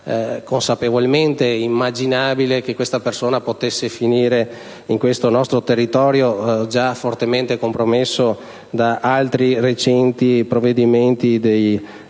consapevolmente immaginabile che questa persona potesse risiedere in un territorio già fortemente compromesso da altri recenti provvedimenti